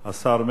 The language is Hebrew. השר מרגי,